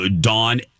Dawn